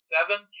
Seven